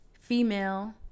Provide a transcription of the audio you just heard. female